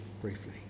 briefly